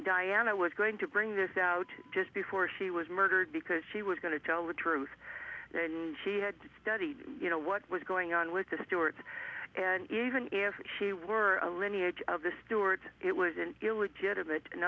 diana was going to bring this out just before she was murdered because she was going to tell the truth then she had studied you know what was going on with the stewards and even if she were a lineage of the stuart it was an illegitimate in